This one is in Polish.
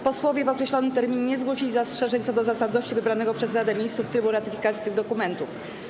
Posłowie w określonym terminie nie zgłosili zastrzeżeń co do zasadności wybranego przez Radę Ministrów trybu ratyfikacji tych dokumentów.